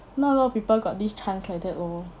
not a lot of people got this chance like that lor